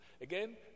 again